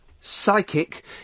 Psychic